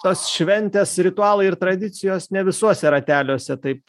tas šventės ritualai ir tradicijos ne visuose rateliuose taip